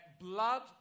blood